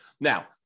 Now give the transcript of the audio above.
Now